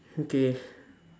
okay